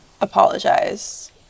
apologize